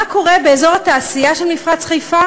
מה קורה באזור התעשייה של מפרץ חיפה